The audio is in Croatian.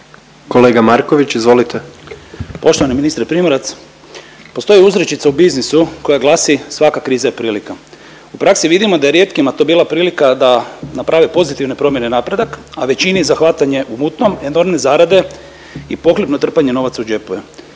**Marković, Miroslav (SDP)** Poštovani ministre Primorac postoji uzrečica u biznisu koja glasi „svaka kriza je prilika“. U praksi vidimo da je rijetkima to bila prilika da naprave pozitivne promjene, napredak, a većini za hvatanje u mutnom, enormne zarade i pohlepno trpanje novaca u džepove.